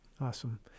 Awesome